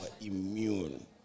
immune